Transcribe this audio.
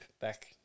back